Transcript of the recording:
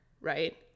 right